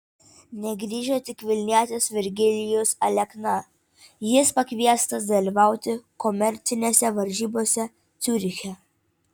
negrįžo tik vilnietis virgilijus alekna jis pakviestas dalyvauti komercinėse varžybose ciuriche